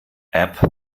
app